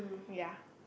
ya